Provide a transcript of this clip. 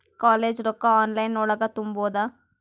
College ರೊಕ್ಕ online ಒಳಗ ತುಂಬುದು?